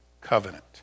covenant